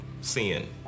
sin